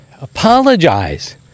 Apologize